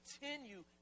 continue